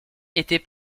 était